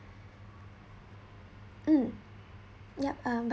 mm yup um but